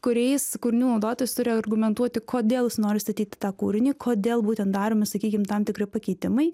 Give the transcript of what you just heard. kuriais kūrinių naudotojas turi argumentuoti kodėl jis nori statyti tą kūrinį kodėl būtent daroma sakykim tam tikri pakeitimai